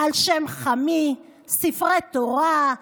על שם חמי, ספרי תורה,